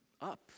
up